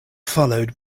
followed